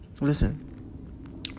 Listen